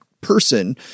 person